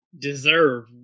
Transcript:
deserve